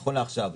נכון לעכשיו,